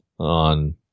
On